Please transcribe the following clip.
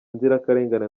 nzirakarengane